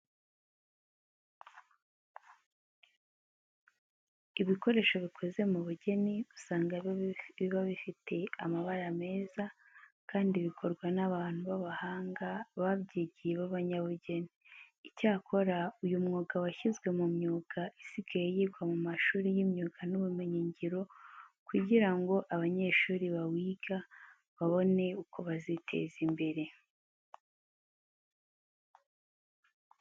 Ibikoresho bikozwe mu bugeni, usanga biba bifite amabara meza kandi bikorwa n'abantu b'abahanga babyigiye b'abanyabugeni. Icyakora uyu mwuga washyizwe mu myuga isigaye yigwa mu mashuri y'imyuga n'ubumenyingiro kugira ngo abanyeshuri bawiga babone uko baziteza imbere.